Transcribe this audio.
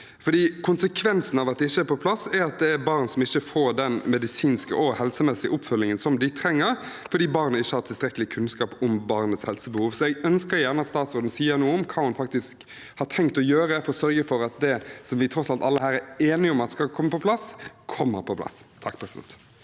Konsekvensen av at det ikke er på plass, er at barn ikke får den medisinske og helsemessige oppfølgingen de trenger, fordi barnet ikke har tilstrekkelig kunnskap om barnets helsebehov. Jeg ønsker gjerne at statsråden sier noe om hva hun faktisk har tenkt å gjøre for å sørge for at det vi alle her tross alt er enige om at skal komme på plass, kommer på plass. Statsråd